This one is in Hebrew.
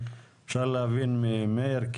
אפשר להבין מהדברים של מאיר,